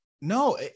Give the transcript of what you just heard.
No